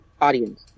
audience